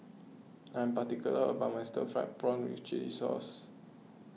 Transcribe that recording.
I am particular about my Stir Fried Prawn with Chili Sauce